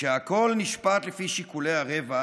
וכשהכול נשפט לפי שיקולי הרווח,